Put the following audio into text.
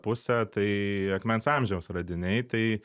pusę tai akmens amžiaus radiniai tai